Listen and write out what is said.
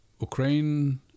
Ukraine